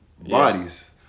bodies